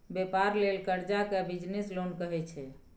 बेपार लेल करजा केँ बिजनेस लोन कहै छै